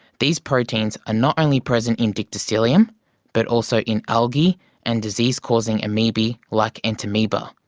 these proteins are not only present in dictyostelium but also in algae and disease-causing amoebae like entamoeba,